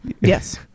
yes